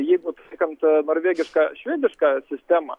jeigu taip sakant norvegišką švedišką sistemą